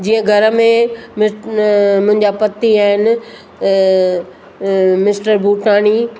जीअं घर में मुंहिंजा पति आहिनि मिस्टर भूटाणी